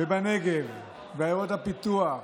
בנגב, בעיירות הפיתוח,